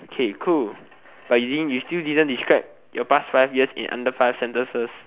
okay cool but you think you still didn't describe your past five years in under five sentences